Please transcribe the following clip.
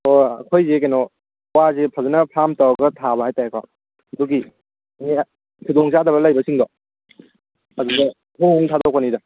ꯍꯣꯏ ꯑꯩꯈꯣꯏꯁꯦ ꯀꯩꯅꯣ ꯋꯥꯁꯦ ꯐꯖꯅ ꯐꯥꯔꯝ ꯇꯧꯔꯒ ꯊꯥꯕ ꯍꯥꯏꯇꯥꯔꯦꯀꯣ ꯑꯗꯨꯒꯤ ꯈꯨꯗꯣꯡꯆꯥꯗꯕ ꯂꯩꯕꯤꯁꯤꯡꯗꯣ ꯑꯗꯨꯗ ꯍꯣꯡ ꯍꯣꯡ ꯊꯥꯗꯣꯛꯄꯅꯤꯗ